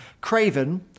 Craven